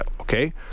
okay